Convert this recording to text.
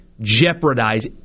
jeopardize